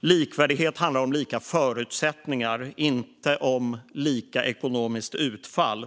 Likvärdighet handlar om lika förutsättningar, inte om lika ekonomiskt utfall.